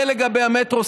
זה לגבי המטרו.